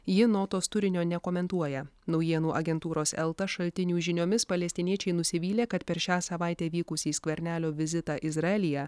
ji notos turinio nekomentuoja naujienų agentūros elta šaltinių žiniomis palestiniečiai nusivylė kad per šią savaitę vykusį skvernelio vizitą izraelyje